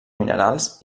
minerals